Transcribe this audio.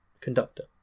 conductor